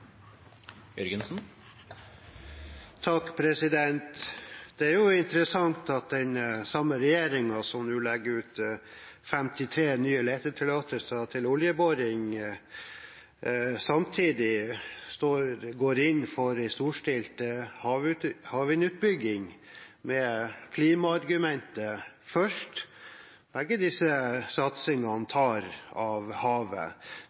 Det er interessant at den samme regjeringen som nå deler ut 53 nye letetillatelser for oljeboring, samtidig går inn for en storstilt havvindutbygging, med klimaargumentet i fremste rekke. Begge disse satsingene tar av havet.